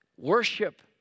Worship